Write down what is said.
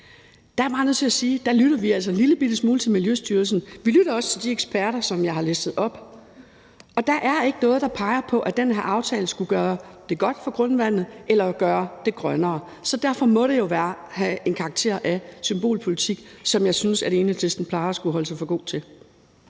er jeg bare nødt til at sige, at der lytter vi altså en lillebitte smule til Miljøstyrelsen og også til de eksperter, som jeg har listet op, og der er ikke noget, der peger på, at den her aftale skulle gøre det godt for grundvandet eller gøre det grønnere, så derfor må det jo have karakter af symbolpolitik, hvilket jeg synes at Enhedslisten plejer at holde sig for god til.